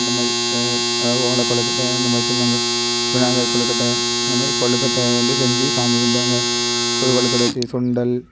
அந்த மாதிரி அதாவது ஓலை கொலுக்கட்டை அந்த மாதிரி சொல்வாங்க விநாயகர் கொலுக்கட்டை அந்த மாதிரி கொலுக்கட்டை வந்து செஞ்சு சாமி கும்பிடுவாங்க கொ கொலுக்கட்டை செய் சுண்டல்